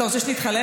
אתה רוצה שנתחלף?